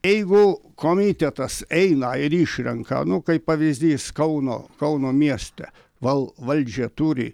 jeigu komitetas eina ir išrenka nu kaip pavyzdys kauno kauno mieste val valdžią turi